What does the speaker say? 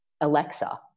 Alexa